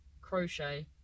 Crochet